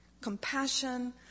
compassion